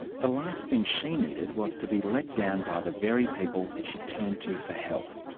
the last thing she needed was to be let down by the very people she turned to for help.